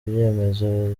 ibyemezo